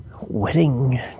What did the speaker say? wedding